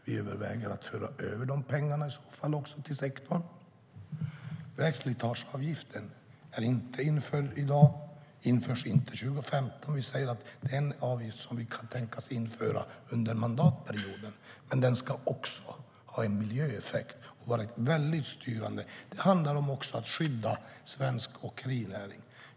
Vi överväger i så fall att föra över de pengarna till sektorn. Vägslitageavgiften är inte införd i dag, och den införs inte 2015. Vi säger att det är en avgift vi kan tänka oss införa under mandatperioden. Men den ska också ha en miljöeffekt och vara styrande. Det handlar också om att skydda svensk åkerinäring.